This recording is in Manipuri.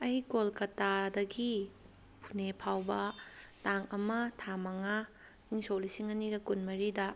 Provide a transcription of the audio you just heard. ꯑꯩ ꯀꯣꯜꯀꯇꯥꯗꯒꯤ ꯄꯨꯅꯦ ꯐꯥꯎꯕ ꯇꯥꯡ ꯑꯃ ꯊꯥ ꯃꯉꯥ ꯏꯪ ꯁꯣꯛ ꯂꯤꯁꯤꯡ ꯑꯅꯤꯒ ꯀꯨꯟꯃꯔꯤꯗ